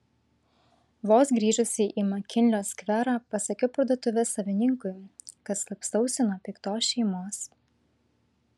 vos grįžusi į makinlio skverą pasakiau parduotuvės savininkui kad slapstausi nuo piktos šeimos